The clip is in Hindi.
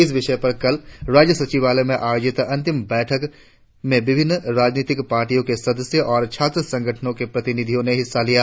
इस विषय पर कल राज्य सचिवालय में आयोजित अंतिम बैठक में विभिन्न राजनितिक पार्टी के सदस्य और छात्र संगठनो के प्रतिनिधियो ने हिस्सा लिया